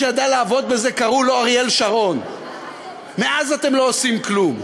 לעבוד, אתם לא יודעים לעבוד.